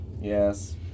Yes